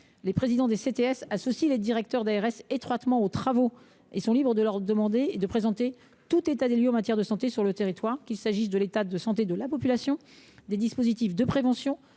Les présidents des CTS associent étroitement les directeurs d’ARS à leurs travaux et ils sont libres de leur demander de présenter tout état des lieux en matière de santé sur le territoire, qu’il s’agisse de l’état de santé de la population, des dispositifs de prévention,